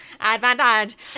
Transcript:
Advantage